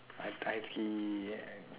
I tried kill and